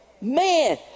Man